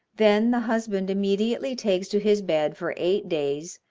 then the husband immediately takes to his bed for eight days,